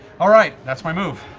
all right. that's my move.